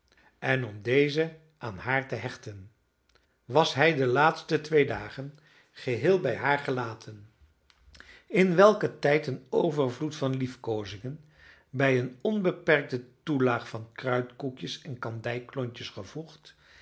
en om deze aan haar te hechten was hij de laatste twee dagen geheel bij haar gelaten in welken tijd een overvloed van liefkoozingen bij een onbeperkte toelaag van kruidkoekjes en kandijklontjes gevoegd